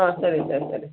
ಹಾಂ ಸರಿ ಸರ್ ಸರಿ ಸರ್